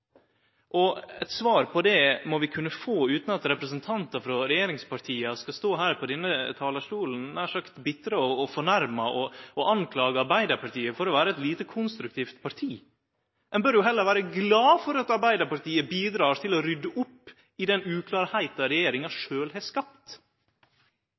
og eit svar på det må vi kunne få utan at representantar frå regjeringspartia skal stå her på denne talarstolen nær sagt bitre og fornærma og skulde Arbeidarpartiet for å vere eit lite konstruktivt parti. Ein bør heller vere glad for at Arbeidarpartiet bidreg til å rydde opp i den uklarheita regjeringa